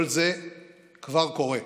כל זה כבר קורה.